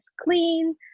clean